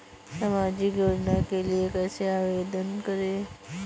सामाजिक योजना के लिए कैसे आवेदन करें?